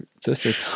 sisters